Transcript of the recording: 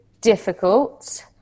difficult